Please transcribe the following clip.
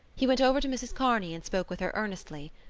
he went over to mrs. kearney and spoke with her earnestly.